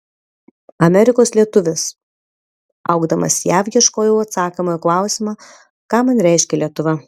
amerikos lietuvis augdamas jav ieškojau atsakymo į klausimą ką man reiškia lietuva